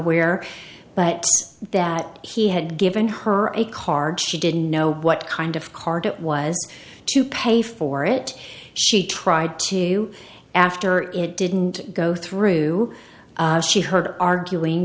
where but that he had given her a card she didn't know what kind of card it was to pay for it she tried to after it didn't go through she heard arguing